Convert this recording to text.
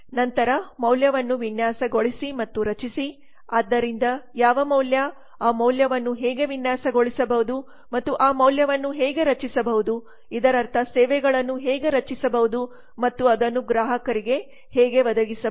ನಂತರ ಮೌಲ್ಯವನ್ನು ವಿನ್ಯಾಸಗೊಳಿಸಿ ಮತ್ತು ರಚಿಸಿ ಆದ್ದರಿಂದ ಯಾವ ಮೌಲ್ಯ ಆ ಮೌಲ್ಯವನ್ನು ಹೇಗೆ ವಿನ್ಯಾಸಗೊಳಿಸಬಹುದು ಮತ್ತು ಆ ಮೌಲ್ಯವನ್ನು ಹೇಗೆ ರಚಿಸಬಹುದು ಇದರರ್ಥ ಸೇವೆಗಳನ್ನು ಹೇಗೆ ರಚಿಸಬಹುದು ಮತ್ತು ಅದನ್ನು ಗ್ರಾಹಕರಿಗೆ ಹೇಗೆ ಒದಗಿಸಬಹುದು